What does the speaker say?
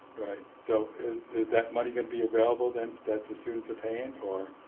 right. so, is that money going to be available then that the students are paying or.